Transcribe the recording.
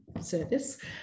service